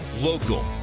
Local